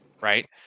right